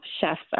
chefs